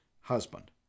husband